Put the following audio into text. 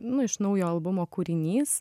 nu iš naujo albumo kūrinys